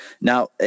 Now